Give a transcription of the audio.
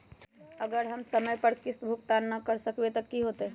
अगर हम समय पर किस्त भुकतान न कर सकवै त की होतै?